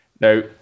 Now